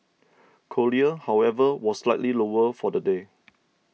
cochlear however was slightly lower for the day